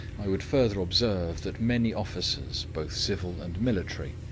i would further observe that many officers, both civil and military,